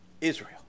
Israel